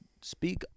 speak